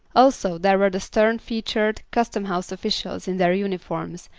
also there were the stern-featured custom-house officials in their uniforms,